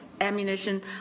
ammunition